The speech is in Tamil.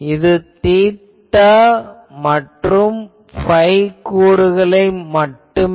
இது தீட்டா மற்றும் phi கூறுகளை மட்டுமே